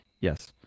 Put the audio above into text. Yes